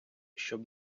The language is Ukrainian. щоб